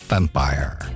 Vampire